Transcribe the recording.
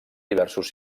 diversos